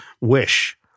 Wish